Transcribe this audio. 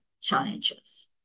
challenges